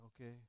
okay